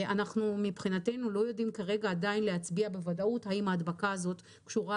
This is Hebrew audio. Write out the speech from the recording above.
אנחנו מבחינתנו לא יודעים עדיין להצביע בוודאות האם ההדבקה הזאת קשורה